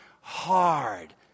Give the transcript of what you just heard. hard